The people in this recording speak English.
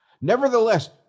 Nevertheless